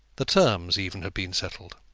the terms even had been settled.